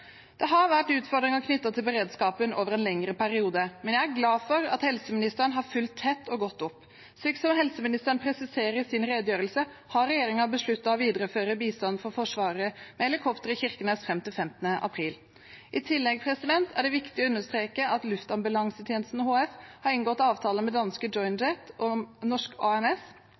Det har vært utfordringer knyttet til beredskapen over en lengre periode, men jeg er glad for at helseministeren har fulgt tett og godt opp. Som helseministeren presiserer i sin redegjørelse, har regjeringen besluttet å videreføre bistanden fra Forsvaret med helikopter i Kirkenes fram til 15. april. I tillegg er det viktig å understreke at Luftambulansetjenesten HF har inngått avtale med danske JoinJet og norske AMS